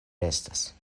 restas